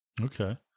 Okay